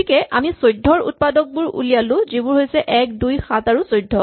গতিকে আমি ১৪ ৰ উৎপাদকবোৰ উলিয়ালো যিবোৰ হৈছে ১ ২ ৭ আৰু ১৪